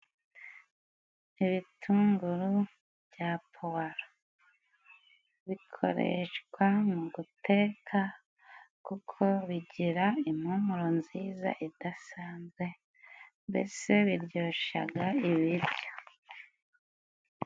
Ibitunguru bya puwaro, bikoreshwa mu guteka kuko bigira impumuro nziza idasanzwe mbese biryoshaga ibiryo.